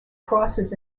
crosses